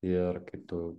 ir kai tu